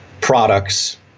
products